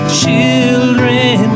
children